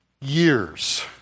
years